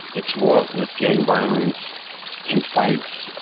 it's wrought with gang violence and fights.